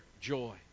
joy